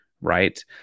right